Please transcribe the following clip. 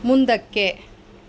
ಮುಂದಕ್ಕೆ